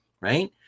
right